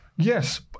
Yes